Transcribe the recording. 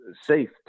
safe